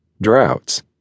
droughts